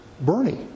Bernie